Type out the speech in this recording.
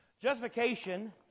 Justification